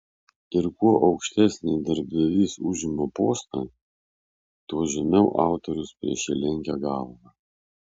ir kuo aukštesnį darbdavys užima postą tuo žemiau autorius prieš jį lenkia galvą